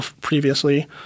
previously